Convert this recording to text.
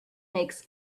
makes